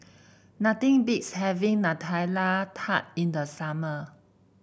nothing beats having Nutella Tart in the summer